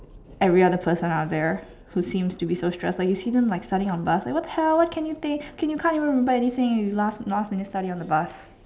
every other person out there who seems to be so stressed like you see them like studying on the bus like what the hell why can't you think can you can't even remember if you last last minute study on the bus